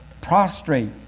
Prostrate